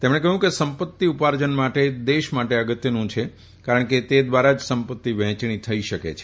તેમણે કહ્યું કે સંપત્તિ ઉપાર્જન દેશ માટે અગત્યનું છે કારણ કે તે દ્વારા જ સંપત્તિ વહેંચણી થઈ શકે છે